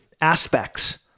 aspects